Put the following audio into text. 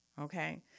Okay